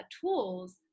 tools